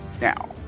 Now